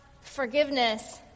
forgiveness